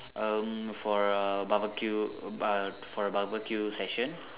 um for a barbeque err for a barbeque session